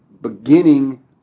beginning